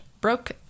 Broke